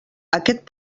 aquest